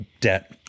debt